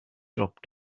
drop